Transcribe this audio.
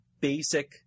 basic